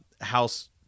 House